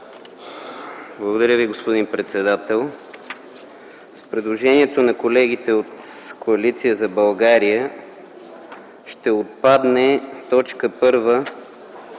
Благодаря Ви, господин председател. С предложението на колегите от Коалиция за България ще отпадне т. 1 от чл.